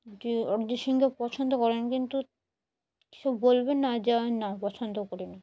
যে অরিজিৎ সিংকে পছন্দ করেন কিন্তু কিছু বলবেন না যে না পছন্দ করি না